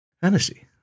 fantasy